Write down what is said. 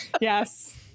Yes